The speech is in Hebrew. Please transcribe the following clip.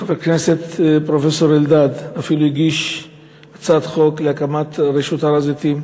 חבר הכנסת פרופסור אלדד אפילו הגיש הצעת חוק להקמת רשות הר-הזיתים,